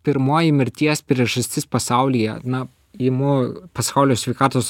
pirmoji mirties priežastis pasaulyje na imu pasaulio sveikatos